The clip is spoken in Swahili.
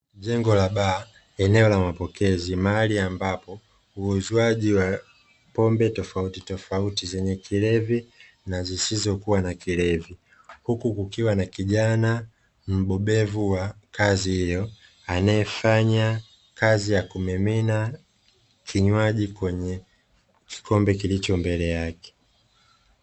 Jengo la baa eneo la mapokezi ni mahali ambapo uzwaji wa pombe tofauti tofauti zenye kilevi na zisizokuwa na kilevi. Huku kukiwa na kijana mbobevu wa kazi hiyo anayefanya kazi ya kumimina kinywaji kwenye kikombe kilicho mbele yake.